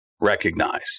recognize